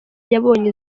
yabonye